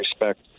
respect